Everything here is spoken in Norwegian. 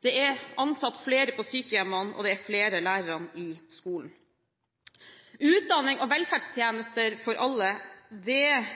Det er ansatt flere på sykehjemmene, og det er flere lærere i skolen. Utdanning og velferdstjenester for alle er